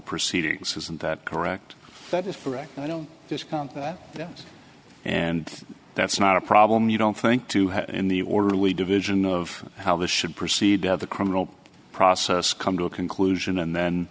proceedings isn't that correct that is correct i don't discount that that and that's not a problem you don't think to have in the orderly division of how this should proceed to have the criminal process come to a conclusion and then